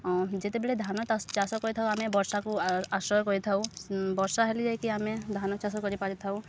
ଯେତେବେଳେ ଧାନ ତା ଚାଷ କରିଥାଉ ଆମେ ବର୍ଷାକୁ ଆଶ୍ରୟ କରିଥାଉ ବର୍ଷା ହେଲେ ଯାଇକି ଆମେ ଧାନ ଚାଷ କରିପାରିଥାଉ